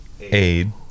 aid